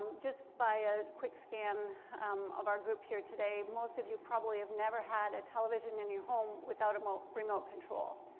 just by a quick scan of our group here today, most of you probably have never had a television in your home without a remote control.